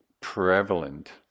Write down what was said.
prevalent